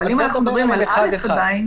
אבל אם אנחנו מדברים על (א) עדיין,